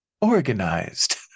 organized